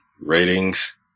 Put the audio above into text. ratings